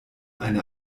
eine